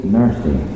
mercy